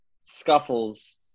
scuffles